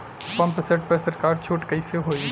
Pump set पर सरकार छूट कईसे होई?